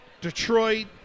Detroit